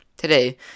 Today